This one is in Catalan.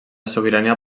sobirania